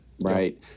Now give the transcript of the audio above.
Right